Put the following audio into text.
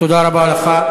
תודה רבה לך.